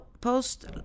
post